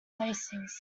places